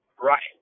right